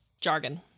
jargon